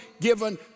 given